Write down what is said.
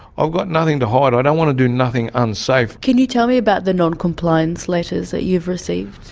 i've got nothing to hide. i don't want to do nothing unsafe. can you tell me about the non-compliance letters that you've received?